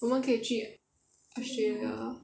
我们可以去 australia